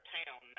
town